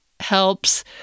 helps